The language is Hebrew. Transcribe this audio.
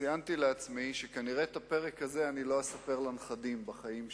ציינתי לעצמי שכנראה את הפרק הזה לא אספר לנכדים בחיים שלי,